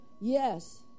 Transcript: Yes